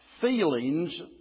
Feelings